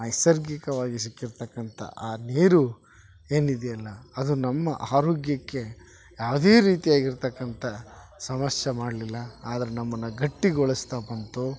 ನೈಸರ್ಗಿಕವಾಗಿ ಸಿಕ್ಕಿರತಕ್ಕಂತ ಆ ನೀರು ಏನಿದೆಯಲ್ಲ ಅದು ನಮ್ಮ ಆರೋಗ್ಯಕ್ಕೆ ಯಾವುದೇ ರೀತಿಯಾಗಿರತಕ್ಕಂತ ಸಮಸ್ಯೆ ಮಾಡಲಿಲ್ಲ ಆದರೆ ನಮ್ಮನ್ನು ಗಟ್ಟಿಗೊಳಿಸ್ತ ಬಂತು